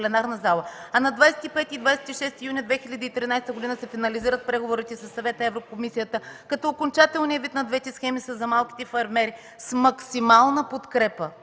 а на 25 и 26 юни 2013 г. се финализират преговорите със Съвета и Еврокомисията, като окончателният вид на двете схеми са за малките фермери с максимална подкрепа